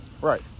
Right